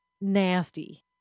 nasty